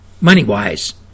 money-wise